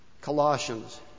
Colossians